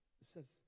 says